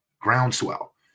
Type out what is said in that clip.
groundswell